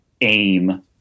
aim